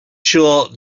sure